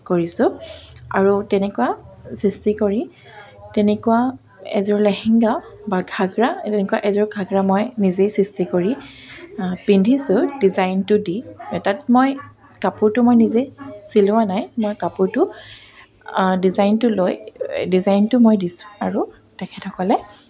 কৰিছো আৰু তেনেকুৱা সৃষ্টি কৰি তেনেকুৱা এযোৰ লেহেংগা বা ঘাগৰা তেনেকুৱা এযোৰ ঘাগৰা মই নিজেই সৃষ্টি কৰি পিন্ধিছো ডিজাইনটো দি তাত মই কাপোৰটো মই নিজেই চিলোৱা নাই মই কাপোৰটো ডিজাইনটো লৈ ডিজাইনটো মই দিছোঁ আৰু তেখেতসকলে